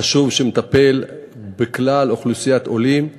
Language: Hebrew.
חשוב שמטפל בכלל אוכלוסיית עולים,